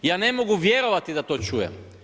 Ja ne mogu vjerovati da to čujem.